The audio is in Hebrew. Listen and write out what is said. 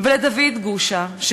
ולדוד גושה,